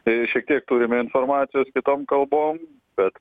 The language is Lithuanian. tai šitiek turime informacijos kitom kalbom bet